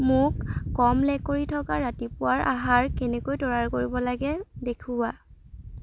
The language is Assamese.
মোক কম লেকৰি থকা ৰাতিপুৱাৰ আহাৰ কেনেকৈ তৈয়াৰ কৰিব লাগে দেখুওৱা